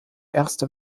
erste